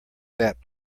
sap